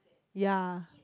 ya